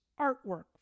artwork